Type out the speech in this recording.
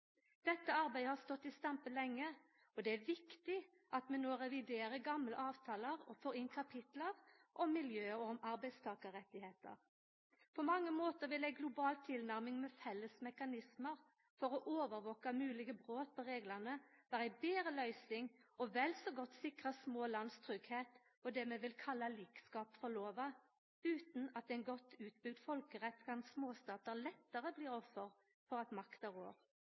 Dette arbeidet har stått i stampe lenge, og det er viktig at vi no reviderer gamle avtalar og får inn kapittel om miljø og arbeidstakarrettar. På mange måtar vil ei global tilnærming med felles mekanismar for å overvaka moglege brot på reglane vera ei betre løysing og vel så godt sikra små land sin tryggleik og det vi kan kalla likskap for lova. Utan ein godt utbygd folkerett kan småstatar lettare bli offer for at makta rår.